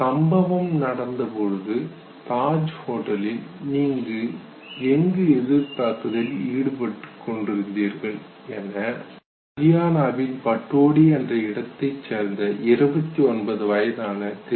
சம்பவம் நடந்த பொழுது தாஜ் ஹோட்டலில் நீங்கள் எங்கு எதிர் தாக்குதலில் ஈடுபட்டு கொண்டிருந்தீர்கள் என அரியானாவின் பட்டோடி என்ற இடத்தைச் சேர்ந்த 29 வயதான திரு